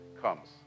comes